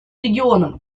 регионом